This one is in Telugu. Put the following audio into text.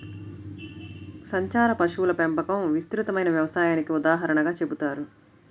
సంచార పశువుల పెంపకం విస్తృతమైన వ్యవసాయానికి ఉదాహరణగా చెబుతారు